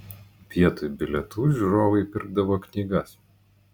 vietoj bilietų žiūrovai pirkdavo knygas